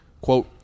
quote